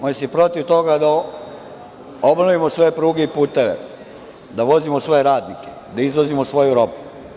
Oni su protiv toga da obnovimo sve pruge i puteve, da vozimo svoje radnike, da izvozimo svoju robu.